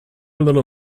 little